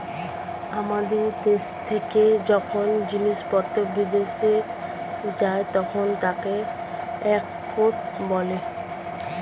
আমাদের দেশ থেকে যখন জিনিসপত্র বিদেশে যায় তখন তাকে এক্সপোর্ট বলে